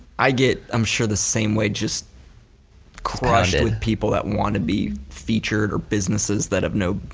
i get i'm sure the same way, just crushed with people that want to be featured or businesses that have no,